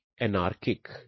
anarchic